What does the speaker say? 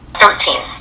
Thirteen